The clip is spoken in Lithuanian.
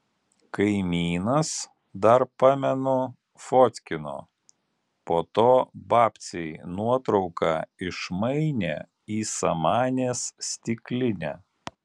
kaimynas dar pamenu fotkino po to babcei nuotrauką išmainė į samanės stiklinę